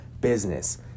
business